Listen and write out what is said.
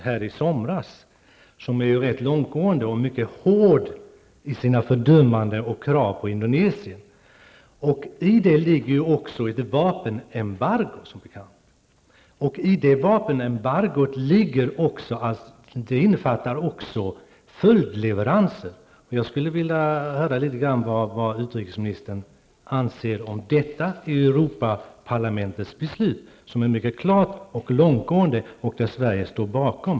Det är rätt långtgående; Europaparlamentet är mycket hårt i sina fördömande av och krav på Indonesien. I det ligger som bekant ett vapenembargo, och detta vapenembargo innefattar också följdleveranser. Jag skulle vilja höra vad utrikesministern anser om detta Europaparlamentets beslut, som är mycket klart och långtgående och som Sverige står bakom.